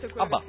Abba